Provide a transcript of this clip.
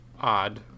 odd